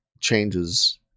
changes